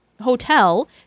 Hotel